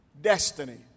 Destiny